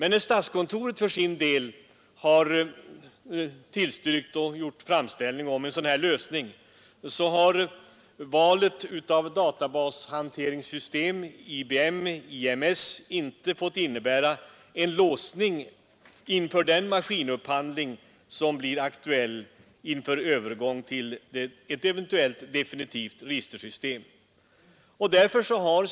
När statskontoret för sin del tillstyrkt en gjord framställning om en sådan här lösning, har valet av databashanteringssystemet IBM-IMS inte fått innebära en låsning inför den maskinupphandling som blir aktuell inför övergång till ett eventuellt definitivt registersystem.